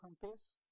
compass